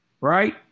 right